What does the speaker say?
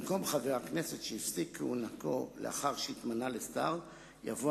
במקום חבר הכנסת שהפסיק את כהונתו לאחר שהתמנה לשר יבוא